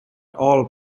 all